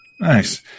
Nice